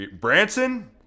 Branson